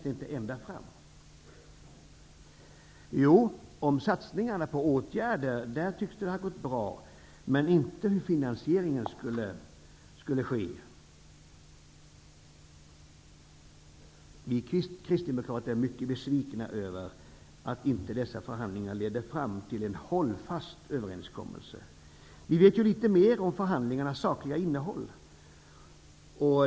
Jo, i fråga om satsningar på åtgärder tycks det ha gått bra, men inte om hur finansieringen skulle ske. Vi kristdemokrater är mycket besvikna över att inte dessa förhandlingar ledde fram till en hållfast överenskommelse. Vi vet ju litet mer om förhandlingarnas sakliga innehåll.